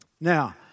Now